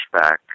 pushback